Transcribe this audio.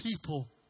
people